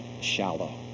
shallow